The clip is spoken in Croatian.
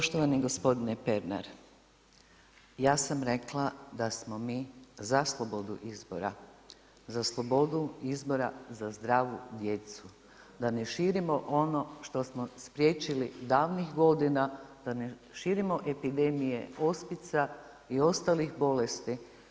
Poštovani gospodine Pernar, ja sam rekla da smo mi za slobodu izbora, za slobodu izbora za zdravu djecu, da ne širimo ono što smo spriječili davnih godina, da ne širimo epidemije ospica i ostalih bolesti.